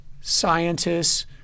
scientists